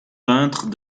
peintre